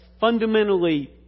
fundamentally